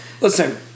Listen